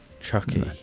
Chucky